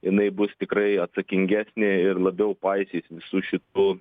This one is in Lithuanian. jinai bus tikrai atsakingesnė ir labiau paisys visų šitų